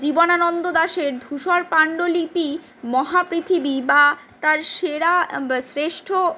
জীবনানন্দ দাশের ধূসর পাণ্ডুলিপি মহাপৃথিবী বা তাঁর সেরা শ্রেষ্ঠ